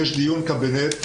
יש דיון קבינט,